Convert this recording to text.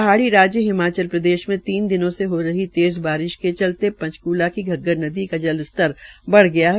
पहाड़ी राज्य हिमाचल प्रदेश में तीन दिनों से हो रही तेज़ बरसात के चलते पंचकूला में घग्गर नदी का जल स्तर बढ़ गया है